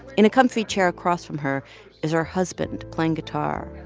in a comfy chair across from her is her husband playing guitar.